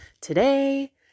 today